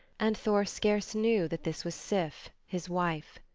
and thor scarce knew that this was sif, his wife.